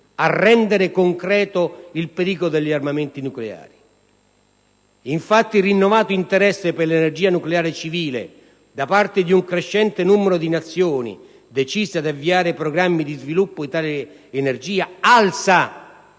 a rendere concreto il pericolo degli armamenti nucleari. Infatti, il rinnovato interesse per l'energia nucleare civile da parte di un crescente numero di Nazioni decise ad avviare programmi di sviluppo di tale energia alza